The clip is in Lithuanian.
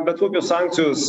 bet kokios sankcijos